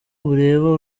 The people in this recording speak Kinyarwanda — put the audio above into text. bureba